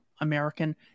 American